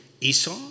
Esau